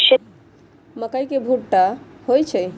मकई के भुट्टा होई छई